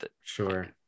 sure